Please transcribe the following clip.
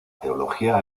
teología